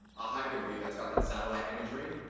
a hybrid view that's got that satellite imagery,